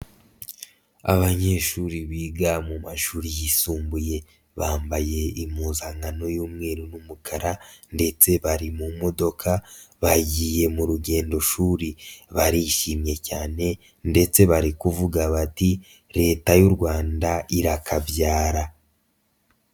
Abanyeshuri biga mu mashuri yisumbuye bambaye impuzankano y'umweru n'umukara ndetse bari mu modoka bagiye mu rugendo shuri barishimye cyane ndetse bari kuvuga bati leta y'u Rwanda irakabyara.